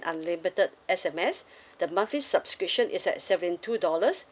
unlimited S_M_S the monthly subscription is at seventy two dollars